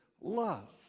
love